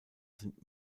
sind